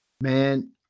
man